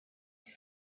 die